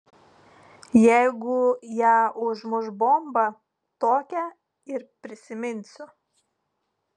jeigu ją užmuš bomba tokią ir prisiminsiu